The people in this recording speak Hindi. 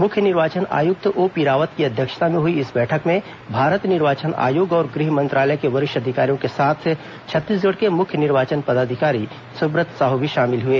मुख्य निर्वाचन आयुक्त ओपी रावत की अध्यक्षता में हई इस बैठक में भारत निर्वाचन आयोग और गृह मंत्रालय के वरिष्ठ अधिकारियों के साथ छत्तीसगढ़ के मुख्य निर्वाचन पदाधिकारी सुब्रत साहू भी शामिल हुए